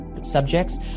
subjects